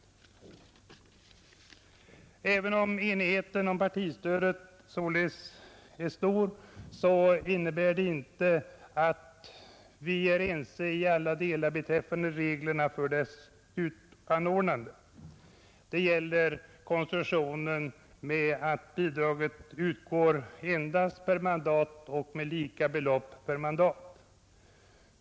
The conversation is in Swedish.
Även om enigheten om partistödet således är stor, innebär det inte att vi är ense i alla delar beträffande reglerna för dess utanordnande. Det gäller konstruktionen med att bidraget utgår endast per mandat och med lika belopp per mandat.